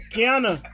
Kiana